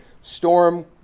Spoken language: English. storm